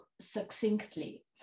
succinctly